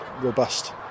robust